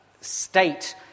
state